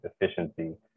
efficiency